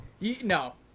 No